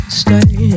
stay